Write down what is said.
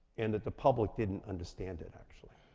and that the public didn't understand it, actually.